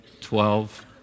twelve